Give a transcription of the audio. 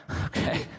Okay